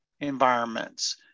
environments